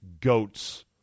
goats